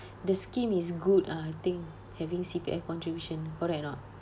the scheme is good ah I think having C_P_F contribution correct or not